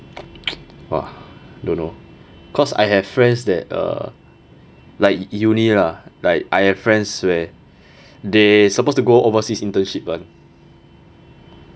!wah! don't know cause I have friends that uh like uni lah like I have friends where they supposed to go overseas internship [one]